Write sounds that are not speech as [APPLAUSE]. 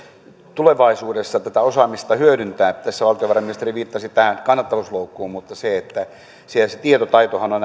tulevaisuudessa tätä osaamista hyödyntää tässä valtiovarainministeri viittasi tähän kannattavuusloukkuun mutta se tietotaitohan on [UNINTELLIGIBLE]